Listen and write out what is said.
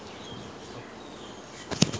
nonsense diwali